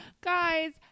Guys